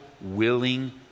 willing